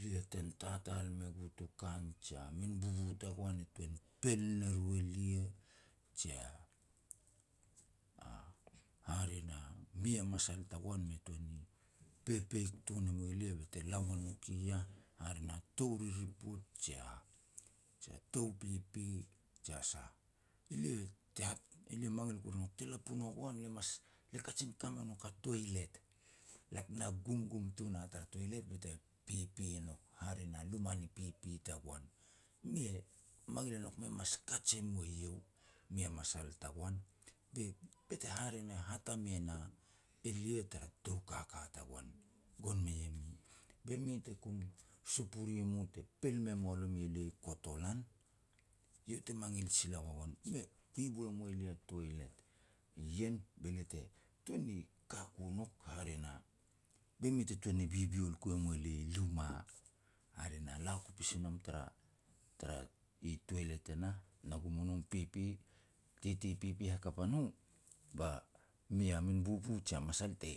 lia ten tatal me gu tukan, jia min bubu tagoan e tuan pel ne ru elia, jia, hare na, mi a masal tagoan me tuan ni pepeik tuan ne mua lia be te la ua nouk i yah hare na tou ririput jia-jia tou pipi jia sah. Elia tea elia mangil kuru e nouk te lapun kuru ua goan, lia mas, lia kajin ka me nouk a toilet, lak na gumgum tun a tara toilet be te pipi nouk, hare na luma ni pipi tagoan. Me mangil e nouk me mas kaj e mua iau, mi a masal tagoan, be-be te hare na hatame e na elia tara tou kaka tagoan, gon mei e mi. Be mi te kum supuri mu te pel e mua lomi elia i kotolan, iau te mangil sila ua goan. Me kui boi mue lia a toilet ien, be lia te tun ni ka ku nouk, hare na, be mi te tun ni bibiul ku e mua lia i luma. Hare na, la ku pasi nom tara-tara i toilet e nah, na gum o nom, pipi. Titi pipi hakap a no ba mi a min bubu jia masal te